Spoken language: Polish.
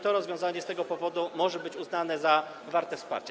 To rozwiązanie z tego powodu może być uznane za warte wsparcia.